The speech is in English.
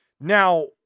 Now